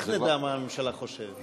איך נדע מה הממשלה חושבת?